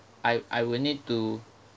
I I will need to